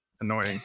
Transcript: annoying